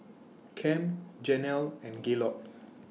Kem Janell and Gaylord